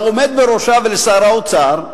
לעומד בראשה ולשר האוצר,